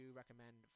recommend